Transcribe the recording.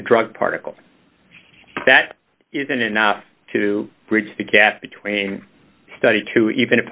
a drug particle that isn't enough to bridge the gap between study two even if